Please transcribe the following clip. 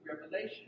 Revelation